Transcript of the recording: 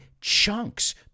chunks